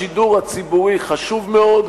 השידור הציבורי חשוב מאוד,